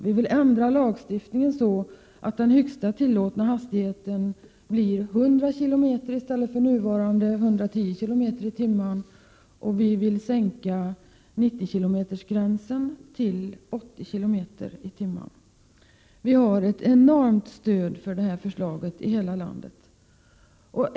Vi vill ändra lagstiftningen så att den högsta tillåtna hastigheten blir 100 km tim. Vi vill också sänka gränsen 90 km tim. Vi har ett enormt stöd för detta förslag i hela landet.